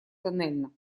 тоннельно